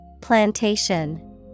Plantation